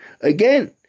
again